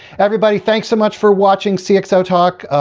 everybody, thanks so much for watching cxotalk.